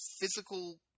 physical